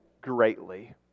greatly